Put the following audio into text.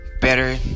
better